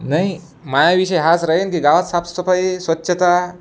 नाही माझा विषय हाच राहीन की गावात साफसफाई स्वच्छता